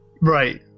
Right